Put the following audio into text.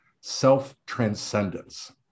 self-transcendence